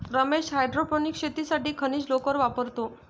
Ramesh hydroponics शेतीसाठी खनिज लोकर वापरतो